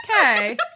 okay